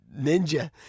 ninja